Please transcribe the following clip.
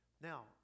Now